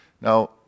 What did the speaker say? Now